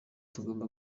tugomba